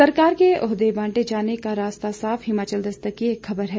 सरकार में ओहदे बांटे जाने का रास्ता साफ हिमाचल दस्तक की एक खबर है